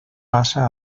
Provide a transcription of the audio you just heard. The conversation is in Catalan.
passa